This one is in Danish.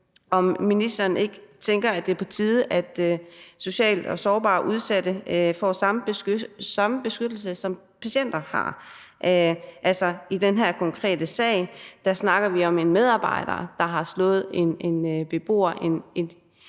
om ministeren ikke tænker, at det er på tide, at socialt udsatte og sårbare får samme beskyttelse, som patienter har. I den her konkrete sag snakker vi om en medarbejder, der har slået en